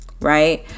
right